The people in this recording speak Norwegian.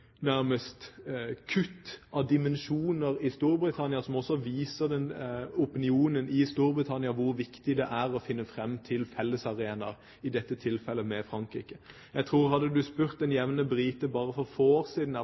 av dimensjoner i Storbritannia, som også viser opinionen i Storbritannia hvor viktig det er å finne frem til felles arenaer, i dette tilfellet med Frankrike. Jeg tror at om du hadde spurt den jevne brite for bare få år siden